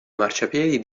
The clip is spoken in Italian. marciapiedi